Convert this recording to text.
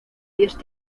diez